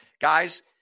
Guys